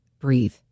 Breathe